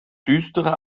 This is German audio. düstere